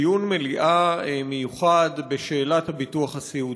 דיון מליאה מיוחד בשאלת הביטוח הסיעודי.